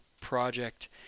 project